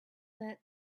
that